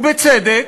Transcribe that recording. ובצדק,